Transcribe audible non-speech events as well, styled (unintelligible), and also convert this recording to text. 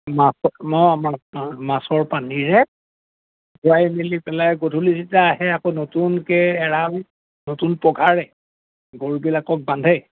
(unintelligible) মেলি পেলাই গধূলি যেতিয়া আহে আকৌ নতুনকে এৰাল নতুন পঘাৰে গৰুবিলাকক বান্ধে